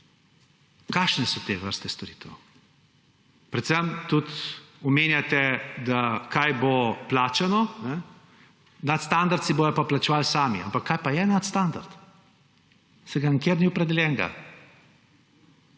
Kakšne so te vrste storitev? Predvsem tudi omenjate, kaj bo plačano, nadstandard si bodo pa plačevali sami. Ampak kaj pa je nadstandard? Saj ni nikjer opredeljen.